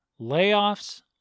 layoffs